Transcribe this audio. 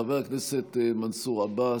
חבר הכנסת מנסור עבאס,